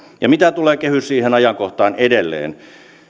mitä tulee kehysriihen ajankohtaan edelleen